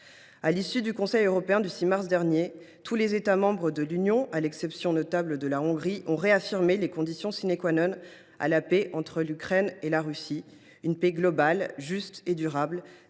À l’issue du Conseil européen du 6 mars dernier, tous les États membres de l’Union, à l’exception notable de la Hongrie, ont réaffirmé les conditions indispensables à la paix entre l’Ukraine et la Russie : une paix globale, juste et durable,